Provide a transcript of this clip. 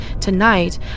Tonight